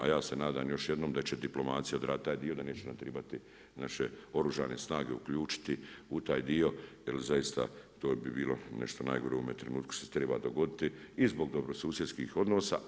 A ja se nadam još jednom da će diplomacija odraditi taj dio, da neće nam tribati naše Oružane snage uključiti u taj dio, jer zaista to bi bilo nešto najgore u ovome trenutku što se treba dogoditi i zbog dobrosusjedskih odnosa.